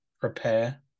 prepare